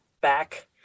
back